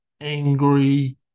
angry